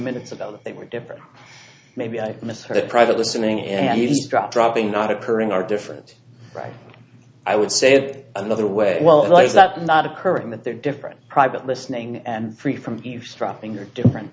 minutes ago that they were different maybe i misheard that private listening and eavesdrop dropping not occurring are different right i would say it another way well is that not occurring that they're different private listening and free from eavesdropping are different